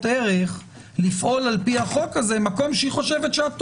ערך לפעול על-פי החוק הזה במקום שהיא חושבת שאת טועה.